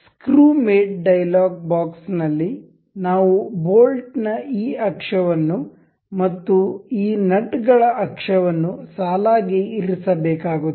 ಈಗ screw mate dialog ಬಾಕ್ಸ್ನಲ್ಲಿ ನಾವು ಬೋಲ್ಟ್ನ ಈ ಅಕ್ಷವನ್ನು ಮತ್ತು ಈ ನಟ್ಗಳ ಅಕ್ಷವನ್ನು ಸಾಲಾಗಿ ಇರಿಸಬೇಕಾಗುತ್ತದೆ